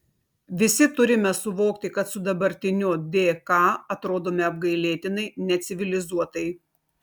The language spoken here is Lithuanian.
visi turime suvokti kad su dabartiniu dk atrodome apgailėtinai necivilizuotai